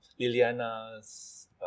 Liliana's